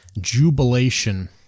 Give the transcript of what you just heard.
jubilation